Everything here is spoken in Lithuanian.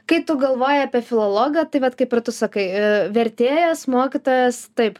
kai tu galvoji apie filologą tai vat kaip ir tu sakai vertėjas mokytojas taip